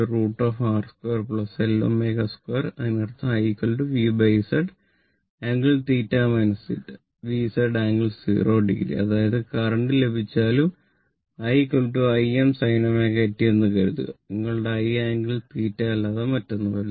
Z √ V Z angle 0o അതായത് ഏത് current ലഭിച്ചാലും i Im sin ω t എന്ന് കരുതുക നിങ്ങളുടെ i ആംഗിൾ 0o അല്ലാതെ മറ്റൊന്നുമല്ല